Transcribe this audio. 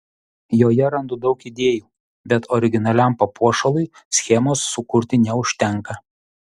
joje randu daug idėjų bet originaliam papuošalui schemos sukurti neužtenka